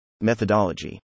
Methodology